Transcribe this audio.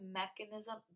mechanism